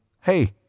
hey